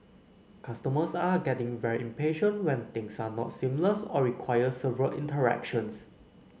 customers are getting very impatient when things are not seamless or require several interactions